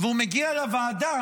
והוא מגיע לוועדה,